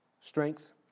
strength